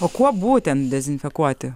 o kuo būtent dezinfekuoti